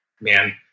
man